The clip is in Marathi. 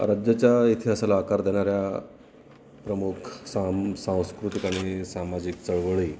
राज्याच्या इतिहासाला आकार देणाऱ्या प्रमुख साम सांस्कृतिक आणि सामाजिक चळवळी